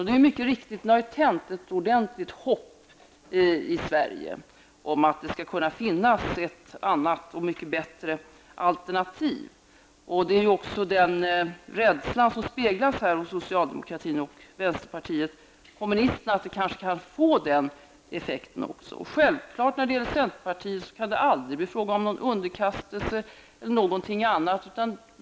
Det har mycket riktigt tänts ett ordentligt hopp i Sverige om att det finns ett annat och mycket bättre alternativ. Rädslan för detta speglas hos socialdemokraterna och vänsterpartisterna, dvs. att det kanske också kan bli en sådan effekt. Det kan självfallet aldrig bli fråga om någon underkastelse av centerpartiet.